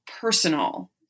personal